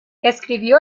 escribió